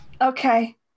Okay